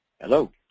Hello